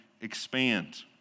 expand